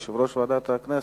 יושב-ראש ועדת הכנסת,